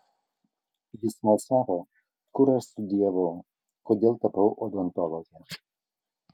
jis smalsavo kur aš studijavau kodėl tapau odontologe